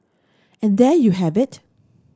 and there you have it